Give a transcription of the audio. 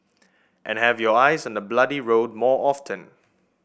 and have your eyes on the bloody road more often